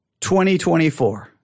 2024